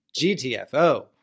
GTFO